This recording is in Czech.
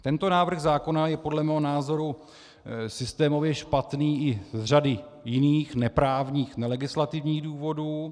Tento návrh zákona je podle mého názoru systémově špatný i z řady jiných, neprávních, nelegislativních důvodů.